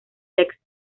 sex